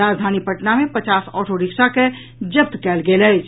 राजधानी पटना मे पचास ऑटोरिक्शा के जब्त कयल गेल अछि